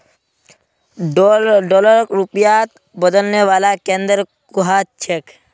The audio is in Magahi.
डॉलरक रुपयात बदलने वाला केंद्र कुहाँ छेक